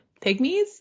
pygmies